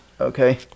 Okay